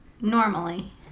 normally